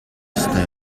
ёстой